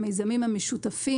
של המיזמים המשותפים,